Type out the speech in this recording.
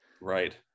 Right